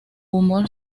humor